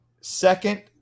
Second